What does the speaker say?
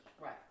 Right